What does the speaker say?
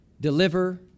deliver